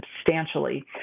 substantially